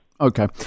Okay